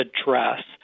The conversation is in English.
address